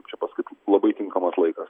kaip čia paskyt labai tinkamas laikas